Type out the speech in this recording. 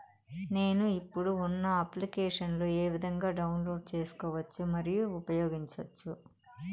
నేను, ఇప్పుడు ఉన్న అప్లికేషన్లు ఏ విధంగా డౌన్లోడ్ సేసుకోవచ్చు మరియు ఉపయోగించొచ్చు?